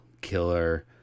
killer